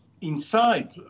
inside